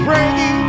Ready